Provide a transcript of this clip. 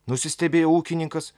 nusistebėjo ūkininkas